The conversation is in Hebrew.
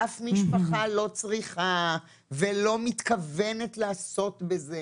אף משפחה לא צריכה ולא מתכוונת לעשות בזה,